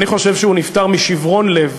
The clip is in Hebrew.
אני חושב שהוא נפטר משיברון לב,